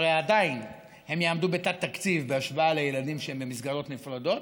והרי עדיין הם יעמדו בתת-תקציב בהשוואה לילדים שהם במסגרות נפרדות,